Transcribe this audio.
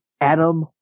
Adam